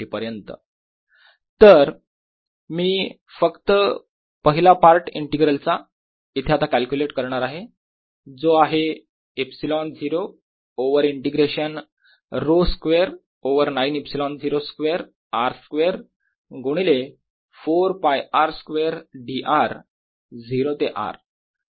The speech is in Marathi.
4πr2drQ28π0R तर मी फक्त पहिला पार्ट इंटिग्रल चा इथे आता कॅल्क्युलेट करणार आहे जो आहे ε0 over integration ρ square over 9 ε0 square r square गुणिले 4ㄫ r स्क्वेअर dr - 0 ते R